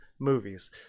movies